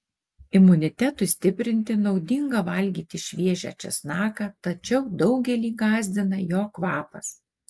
imunitetui stiprinti naudinga valgyti šviežią česnaką tačiau daugelį gąsdina jo kvapas